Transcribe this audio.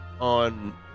on